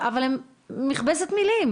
אבל הן מכבסת מילים,